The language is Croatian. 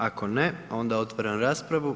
Ako ne onda otvaram raspravu.